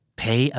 pay